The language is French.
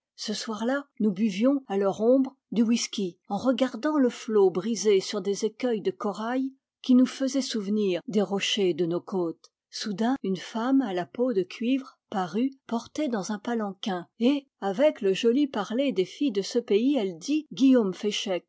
ce soir là nous buvions à leur ombre du whisky en regardant le flot briser sur des écueils de corail qui nous faisaient souvenir des rochers de nos côtes soudain une femme à la peau de cuivre parut portée dans un palanquin et avec le joli parler des filles de ce pays elle dit guillaume féchec